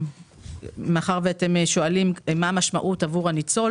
מאחר ואתם שואלים מה המשמעות עבור הניצול